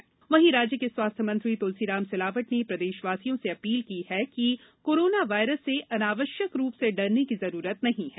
corona virus प्रदेश वहीं राज्य के स्वास्थ्य मंत्री तुलसीराम सिलावट ने प्रदेशवासियों से अपील की है कि कोरोना वायरस से अनावश्यक डरने की जरूरत नहीं है